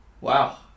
Wow